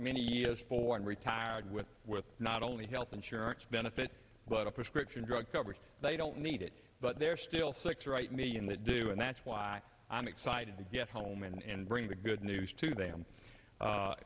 many years for and retired with with not only health insurance benefits but a prescription drug coverage they don't need it but there are still six right million that do and that's why i'm excited to get home and bring the good news to them